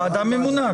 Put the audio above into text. ועדה ממונה.